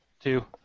Two